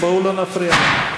אני לא הפרעתי לה.